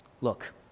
Look